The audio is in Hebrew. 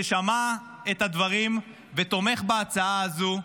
ששמע את הדברים ותומך בהצעה הזאת.